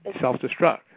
self-destruct